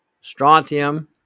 strontium